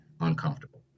uncomfortable